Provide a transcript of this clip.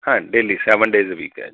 ਹਾਂ daily seven days week ਹੈ ਜੀ